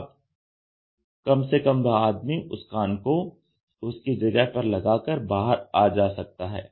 अब कम से कम वह आदमी उस कान को उसकी जगह पर लगाकर बाहर आ जा सकता है